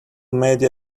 media